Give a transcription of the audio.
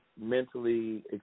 mentally